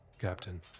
Captain